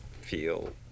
Feel